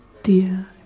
Dear